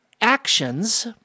actions